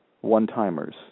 one-timers